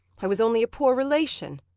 i was only a poor relation,